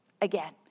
again